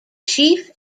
chief